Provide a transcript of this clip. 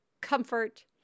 comfort